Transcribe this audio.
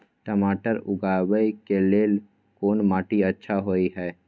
टमाटर उगाबै के लेल कोन माटी अच्छा होय है?